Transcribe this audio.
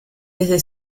desde